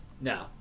No